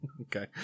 Okay